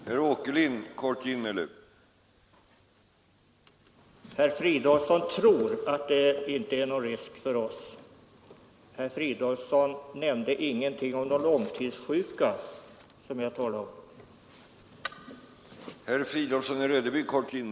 Herr talman! Herr Fridolfsson i Rödeby tror att det inte är någon risk för oss riksdagsmän, men herr Fridolfsson nämnde ingenting om de långtidssjuka som jag talade om.